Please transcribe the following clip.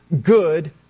good